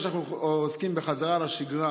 במקרה שאנחנו עוסקים בחזרה לשגרה,